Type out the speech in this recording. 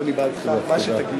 אני בעדך, מה שתגיד.